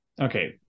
okay